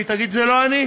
והיא תגיד: זה לא אני,